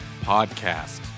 podcast